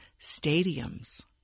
stadiums